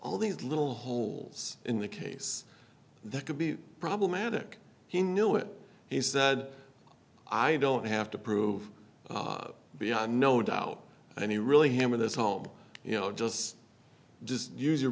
all these little holes in the case that could be problematic he knew it he said i don't have to prove beyond no doubt any really him in this home you know just just use your